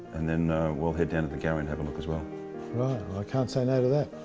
and then we'll head down to the gallery and have a look as well. ah, i can't say no to that.